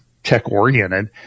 Tech-oriented